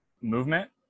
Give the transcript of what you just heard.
movement